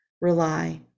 Rely